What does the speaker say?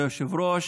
כבוד היושב-ראש,